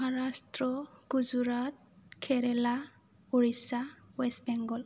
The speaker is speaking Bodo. महाराषट्र गुजरात केरेला उरिषा अवेस्ट बेंगल